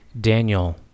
Daniel